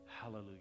hallelujah